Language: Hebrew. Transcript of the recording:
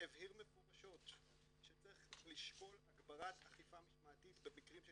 הבהיר מפורשות שצריך לשקול הגברת אכיפה משמעתית במקרים של